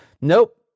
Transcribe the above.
nope